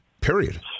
period